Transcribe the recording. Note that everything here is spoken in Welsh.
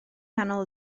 nghanol